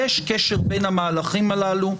יש קשר בין המהלכים הללו.